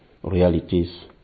Realities